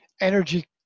energy